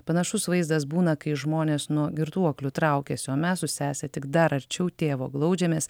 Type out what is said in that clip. panašus vaizdas būna kai žmonės nuo girtuoklių traukiasi o mes su sese tik dar arčiau tėvo glaudžiamės